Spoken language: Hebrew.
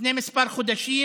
לפני כמה חודשים